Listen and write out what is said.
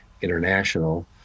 International